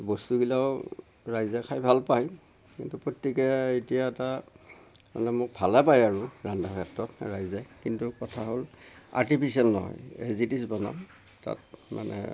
বস্তুবিলাক ৰাইজে খাই ভাল পাই কিন্তু প্ৰত্যেকে এতিয়া এটা মানে মোক ভালে পায় আৰু ৰন্ধাৰ ক্ষেত্ৰত ৰাইজে কিন্তু কথা হ'ল আৰ্টিফিচিয়েল নহয় এজ্ ইট্ ইজ বনাওঁ তাত মানে